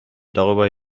darüber